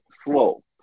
slow